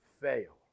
fail